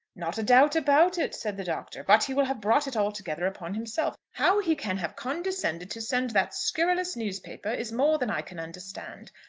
not a doubt about it, said the doctor. but he will have brought it altogether upon himself. how he can have condescended to send that scurrilous newspaper is more than i can understand.